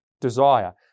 desire